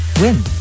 Win